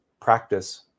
practice